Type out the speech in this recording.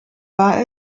war